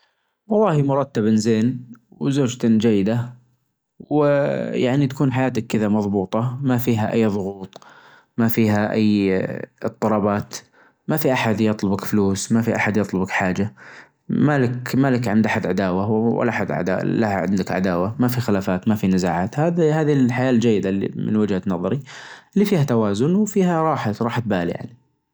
والله يا طويل العمر، هالسالفة فيها أخذ وعطا النمو الاقتصادي مهم عشان يوفر الوظايف ويحسن معيشة الناس، لكن بعد لازم ننتبه للبيئة لأنها هي الأساس اللي نعيش عليه. يعني لو ركزنا على الاقتصاد بدون ما نحافظ على الطبيعة، بنواجه مشاكل أكبر بالمستقبل مثل نقص الموارد وتغير المناخ الحل الزين إن الحكومة توازن بين الاثنين، يعني تطور الاقتصاد بطريقة مستدامة، مثل الاستثمار في الطاقة المتجددة وزراعة الأشجار وتقليل التلوث. بهالطريقة، نحافظ على البيئة ونبني اقتصاد قوي بنفس الوجت.